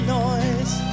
noise